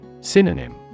Synonym